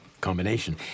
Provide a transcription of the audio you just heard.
combination